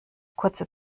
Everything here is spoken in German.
kurze